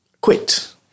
quit